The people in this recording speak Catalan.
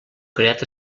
creat